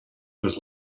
agus